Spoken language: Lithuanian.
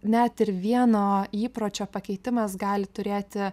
net ir vieno įpročio pakeitimas gali turėti